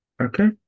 Okay